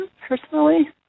personally